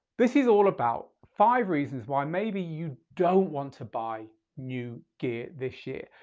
this is all about five reasons why maybe you don't want to buy new gear this year.